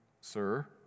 sir